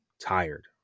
tired